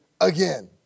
again